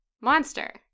monster